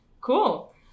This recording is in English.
Cool